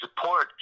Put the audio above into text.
support